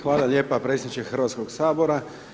Hvala lijepo predsjedniče Hrvatskog sabora.